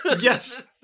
Yes